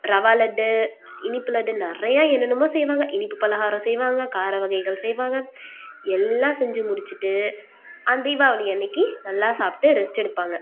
ரவா லட்டு இனிப்பு லட்டு நிறைய என்னென்னமோ செய்வாங்க இனிப்பு பலகாரம் செய்வாங்க கார வகைகள் செய்வாங்க எல்லாம் செஞ்சு முடிச்சிட்டு அந்த தீபாவளி அன்னைக்கி நல்லா சாப்பிட்டு ரெஸ்ட் எடுப்பாங்க